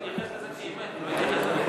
חבר הכנסת טיבי, הוא התייחס לזה כאמת,